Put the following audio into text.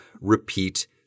repeat